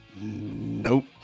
Nope